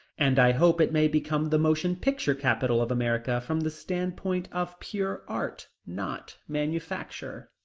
and i hope it may become the motion picture capital of america from the standpoint of pure art, not manufacture.